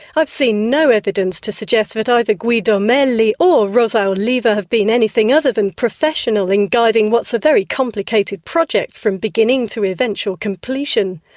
i've seen no evidence to suggest that either guido meli or rosa oliva have been anything other than professional in guiding what's a very complicated project from beginning to eventual completion.